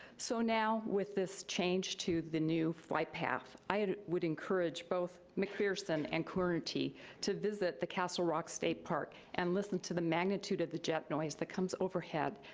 so now with this change to the new flight path, i would encourage both mcpherson and coonerty to visit the castle rock state park and listen to the magnitude of the jet noise that comes overhead.